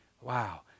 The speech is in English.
wow